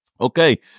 Okay